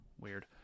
Weird